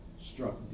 struck